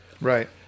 Right